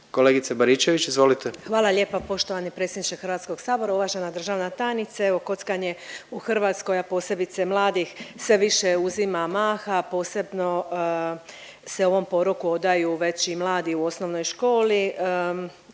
izvolite. **Baričević, Danica (HDZ)** Hvala lijepa poštovani predsjedniče Hrvatskog sabora. Uvažena državna tajnice, evo kockanje u Hrvatskoj, a posebice mladih sve više uzima maha, a posebno se ovom poroku odaju već i mladi u osnovnoj školi.